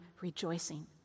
rejoicing